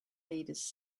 readers